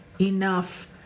enough